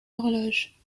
horloge